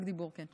רק דיבור, כן.